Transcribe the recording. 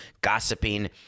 gossiping